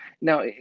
Now